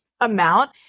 amount